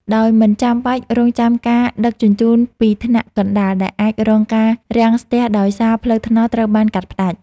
ដោយមិនចាំបាច់រង់ចាំការដឹកជញ្ជូនពីថ្នាក់កណ្តាល ដែលអាចរងការរាំងស្ទះដោយសារផ្លូវថ្នល់ត្រូវបានកាត់ផ្តាច់។